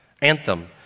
anthem